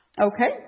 Okay